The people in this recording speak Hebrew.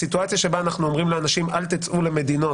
הסיטואציה בה אנחנו אומרים לאנשים אל תצאו למדינות,